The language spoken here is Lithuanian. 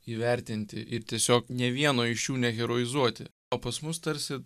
įvertinti ir tiesiog ne vieno iš jų ne heroizuoti o pas mus tarsi